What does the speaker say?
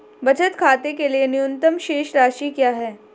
बचत खाते के लिए न्यूनतम शेष राशि क्या है?